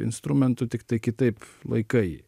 instrumentu tiktai kitaip laikai jį